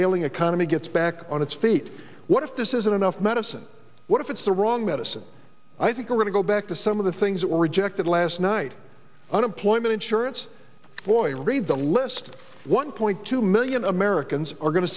ailing economy gets back on its feet what if this isn't enough medicine what if it's the wrong medicine i think we're going to go back to some of the things that were rejected last night unemployment insurance lawyer read the list one point two million americans are going to